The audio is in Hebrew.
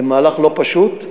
זה מהלך לא פשוט,